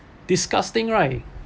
disgusting right